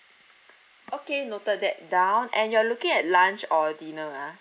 okay noted that down and you are looking at lunch or dinner ah